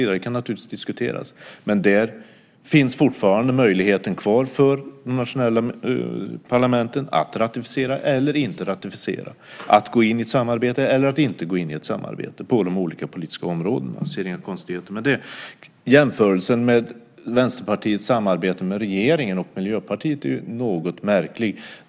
Det kan naturligtvis diskuteras, men där finns fortfarande möjligheten kvar för det nationella parlamentet att ratificera eller inte ratificera, att gå in i ett samarbete eller att inte gå in i ett samarbete på de olika politiska områdena. Jag ser inga konstigheter med det. Jämförelsen med Vänsterpartiets samarbete med regeringen och Miljöpartiet är något märklig.